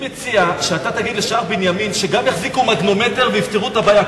אני מציע שאתה תגיד לשער-בנימין שיחזיקו מגנומטר ויפתרו את הבעיה,